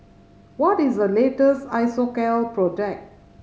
what is the latest Isocal product